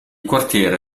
quartiere